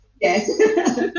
Yes